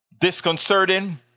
disconcerting